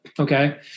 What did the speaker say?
okay